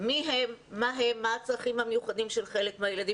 מי הם, מה הצרכים המיוחדים של חלק מהילדים.